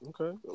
Okay